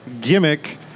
gimmick